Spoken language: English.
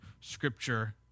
scripture